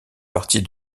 partie